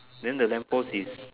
then the lamp post is